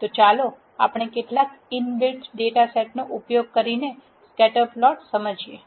તો ચાલો આપણે કેટલાક ઇનબિલ્ટ ડેટા સેટનો ઉપયોગ કરીને સ્કેટર પ્લોટ સમજાવીએ